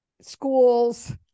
schools